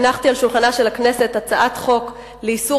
הנחתי על שולחן הכנסת הצעת חוק לאיסור